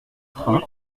train